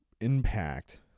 impact